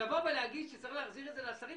להגיד שצריך להחזיר את זה לשרים?